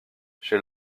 chez